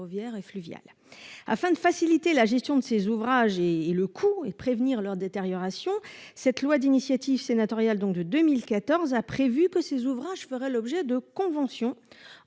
et fluvial. Afin de faciliter la gestion de ses ouvrages et et le coup et prévenir leur détérioration cette loi d'initiative sénatoriale, donc de 2014 a prévu que ces ouvrages feraient l'objet de conventions